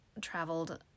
traveled